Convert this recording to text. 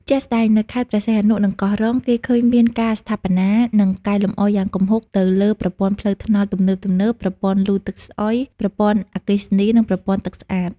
ជាក់ស្តែង នៅខេត្តព្រះសីហនុ និងកោះរ៉ុង គេឃើញមានការស្ថាបនា និងកែលម្អយ៉ាងគំហុកទៅលើ ប្រព័ន្ធផ្លូវថ្នល់ទំនើបៗ ប្រព័ន្ធលូទឹកស្អុយ ប្រព័ន្ធអគ្គិសនី និងប្រព័ន្ធទឹកស្អាត។